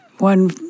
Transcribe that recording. One